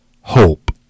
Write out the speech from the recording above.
hope